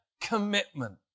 commitment